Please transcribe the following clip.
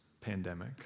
pandemic